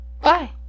Bye